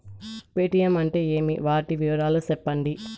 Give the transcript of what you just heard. Paytm అంటే ఏమి, వాటి వివరాలు సెప్పండి?